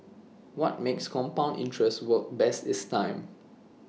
what makes compound interest work best is time